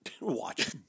Watch